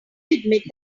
admit